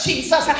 Jesus